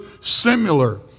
similar